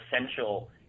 essential